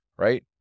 right